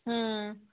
اۭں